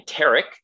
Enteric